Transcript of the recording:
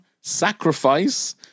Sacrifice